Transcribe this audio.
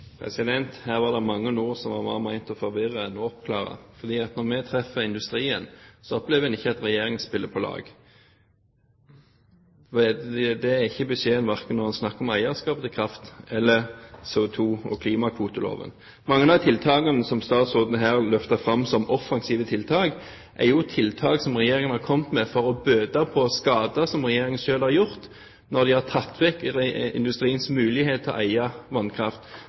Her var det mange ord som var mer ment til å forvirre enn til å oppklare. Når vi treffer industrien, opplever en ikke at Regjeringen spiller på lag. Det er ikke beskjeden, verken når en snakker om eierskap til kraft eller om CO2 og klimakvoteloven. Mange av tiltakene som statsråden her løfter fram som offensive tiltak, er jo tiltak som Regjeringen har kommet med for å bøte på skader som Regjeringen selv har gjort – når de har tatt vekk industriens mulighet til å eie vannkraft,